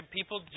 People